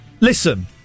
listen